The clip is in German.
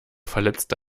verletzte